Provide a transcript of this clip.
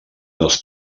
dels